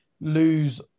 lose